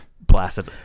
Blasted